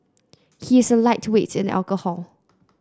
he is a lightweight in alcohol